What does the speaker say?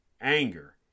anger